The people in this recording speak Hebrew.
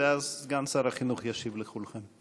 ואז סגן שר החינוך ישיב לכולכם.